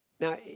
Now